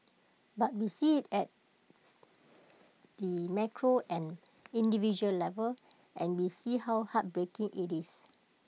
but we see IT at the micro and individual level and we see how heartbreaking IT is